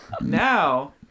Now